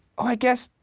i guess,